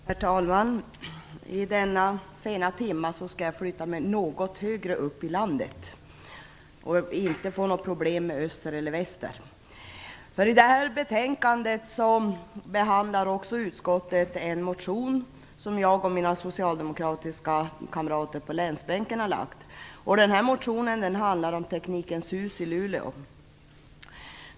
Herr talman! I denna sena timme skall jag flytta mig något högre upp i landet utan att få problem med öster eller väster. I detta betänkande behandlar utskottet en motion som jag och mina socialdemokratiska kamrater på länsbänken har väckt. Motionen handlar om Teknikens hus i Luleå.